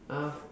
um